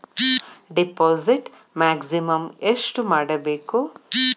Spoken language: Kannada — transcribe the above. ಡಿಪಾಸಿಟ್ ಮ್ಯಾಕ್ಸಿಮಮ್ ಎಷ್ಟು ಮಾಡಬೇಕು?